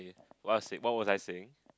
what say what was I saying